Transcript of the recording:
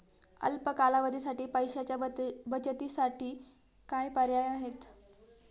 अल्प काळासाठी पैशाच्या बचतीसाठी काय पर्याय आहेत?